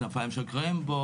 בכנפיים של קרמבו,